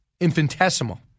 infinitesimal